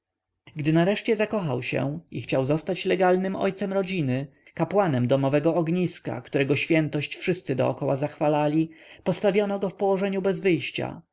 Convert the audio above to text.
gdy nareszcie zakochał się i chciał zostać legalnym ojcem rodziny kapłanem domowego ogniska którego świętość wszyscy dokoła zachwalali postawiono go w położeniu bez wyjścia